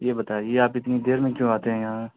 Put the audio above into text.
یہ بتائیے آپ اتنی دیر میں کیوں آتے ہیں یہاں